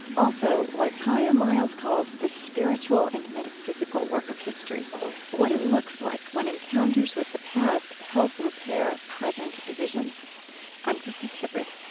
also, what tiya miles calls the spiritual and metaphysical work of history what it looks like when encounters with the past help repair present divisions i'm krista tippett.